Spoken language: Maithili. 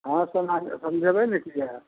हॅं समाज समझेबै नहि किए